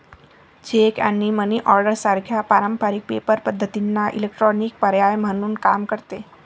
check आणि money order सारख्या पारंपारिक पेपर पद्धतींना इलेक्ट्रॉनिक पर्याय म्हणून काम करते